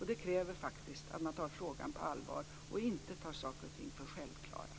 Det kräver att man tar frågan på allvar och inte tar saker och ting för självklara.